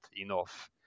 enough